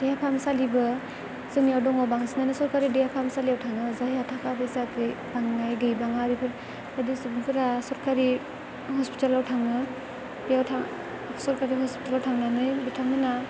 देहा फाहामसालिबो जोंनियाव दङ बांसिनानो सरकारि देहा फाहामसालियाव थाङो जायहा थाखा फैसा गैबाङा बेफोरबायदि सुबुंफोरा सरकारि हस्पिटालाव थाङो बेयाव सरकारि हस्पिटालाव थांनानै बिथांमोना